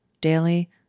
daily